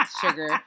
sugar